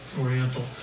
oriental